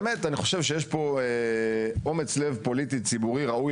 באמת אני חושב שיש פה אומץ לב פוליטי ציבורי ראוי